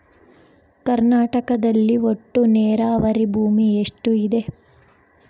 ಕರ್ನಾಟಕದಲ್ಲಿ ಒಟ್ಟು ನೇರಾವರಿ ಭೂಮಿ ಎಷ್ಟು ಇದೆ?